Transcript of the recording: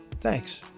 Thanks